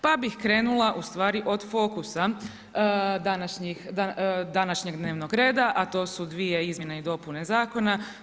Pa bih krenula ustvari od fokusa današnjeg dnevnog reda a to su dvije izmjene i dopune zakona.